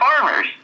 farmers